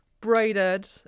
braided